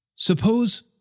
Suppose